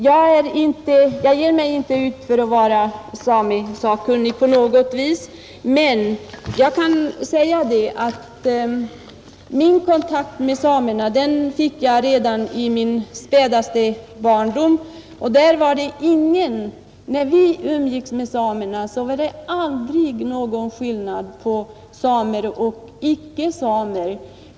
Jag ger mig inte ut för att vara samesakkunnig på något vis, men min kontakt med samerna fick jag redan i min spädaste barndom. När vi umgicks med samerna var det aldrig någon skillnad mellan samer och icke samer.